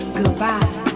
goodbye